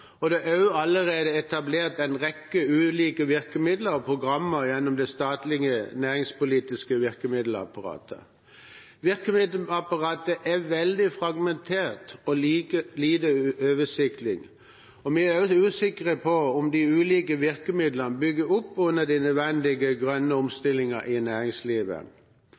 og det er også allerede etablert en rekke ulike virkemidler og programmer gjennom det statlige næringspolitiske virkemiddelapparatet. Virkemiddelapparatet er veldig fragmentert og lite oversiktlig, og vi er også usikre på om de ulike virkemidlene bygger opp under den nødvendige grønne omstillingen i næringslivet.